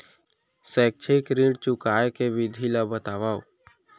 शैक्षिक ऋण चुकाए के विधि ला बतावव